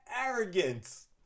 arrogance